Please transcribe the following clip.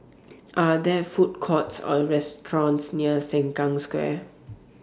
Are There Food Courts Or restaurants near Sengkang Square